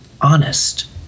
honest